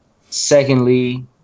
secondly